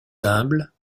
humbles